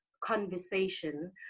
conversation